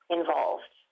involved